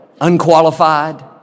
unqualified